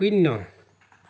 শূন্য